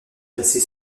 placée